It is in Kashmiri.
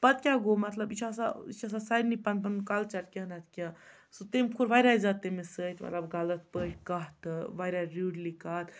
پَتہٕ کیٛاہ گوٚو مطلب یہِ چھِ آسان یہِ چھِ آسان سارنٕے پَنُن پَنُن کَلچَر کینٛہہ نَتہٕ کینٛہہ سُہ تٔمۍ کوٚر واریاہ زیادٕ تٔمِس سۭتۍ مطلب غلط پٲٹھۍ کَتھ تہٕ واریاہ ریوٗڈلی کَتھ